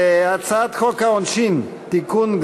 הצעת חוק העונשין (תיקון,